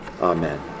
Amen